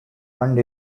earned